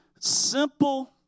simple